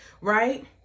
right